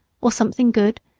or something good,